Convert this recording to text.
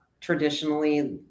traditionally